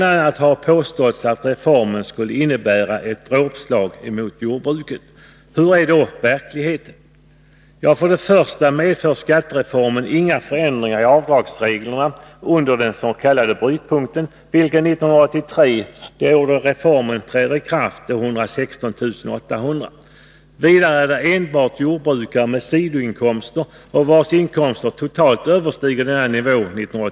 a. har påståtts att reformen skulle innebära ett dråpslag mot jordbruket. Hur är då verkligheten? För det första medför skattereformen inga förändringar i avdragsreglerna under dens.k. brytpunkten, vilken 1983 — det år då reformen träder i kraft — är 116 800 kr. Vidare är det enbart jordbrukare med sidoinkomster och vars inkomster totalt överstiger 116 800 kr.